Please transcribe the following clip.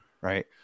right